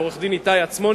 לעורך-הדין איתי עצמון,